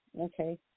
Okay